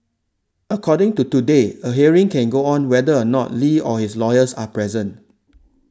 according to Today a hearing can go on whether or not Li or his lawyers are present